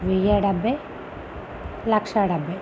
వెయ్యి డెబ్భై లక్ష డెబ్భై